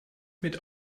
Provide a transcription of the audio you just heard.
mit